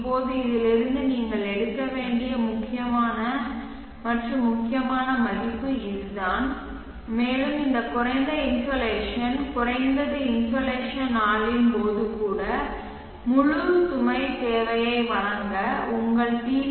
இப்போது இதிலிருந்து நீங்கள் எடுக்க வேண்டிய முக்கியமான மற்றும் முக்கியமான மதிப்பு இதுதான் மேலும் இந்த குறைந்த இன்சோலேஷன் குறைந்தது இன்சோலேஷன் நாளின் போது கூட முழு சுமை தேவையை வழங்க உங்கள் பி